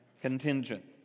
contingent